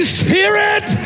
spirit